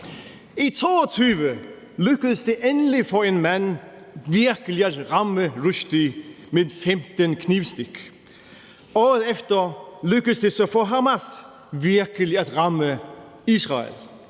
I 2022 lykkedes det endelig for en mand virkelig at ramme Rushdie med 15 knivstik. Året efter lykkedes det for Hamas virkelig at ramme Israel.